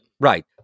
Right